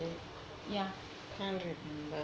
yeah